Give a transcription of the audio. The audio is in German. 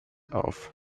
auf